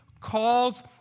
calls